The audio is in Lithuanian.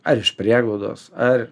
ar iš prieglaudos ar